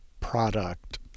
product